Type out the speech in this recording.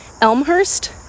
Elmhurst